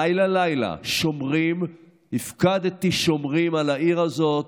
לילה-לילה, שומרים; הפקדתי שומרים על העיר הזאת,